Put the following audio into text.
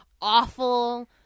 awful